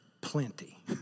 plenty